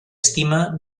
estima